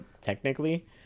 technically